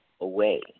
away